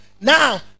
now